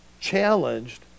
challenged